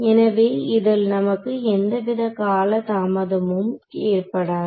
எனவே இதில் நமக்கு எந்தவித காலதாமதமும் ஏற்படாது